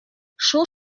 шул